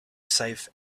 safe